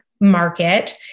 market